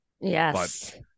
yes